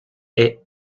est